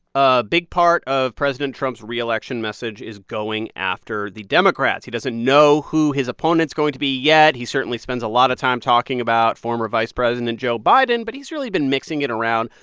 a big part of president trump's reelection message is going after the democrats. he doesn't know who his opponent is going to be yet. he certainly spends a lot of time talking about former vice president joe biden, but he's really been mixing it around.